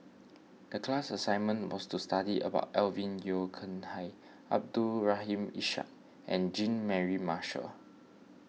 the class assignment was to study about Alvin Yeo Khirn Hai Abdul Rahim Ishak and Jean Mary Marshall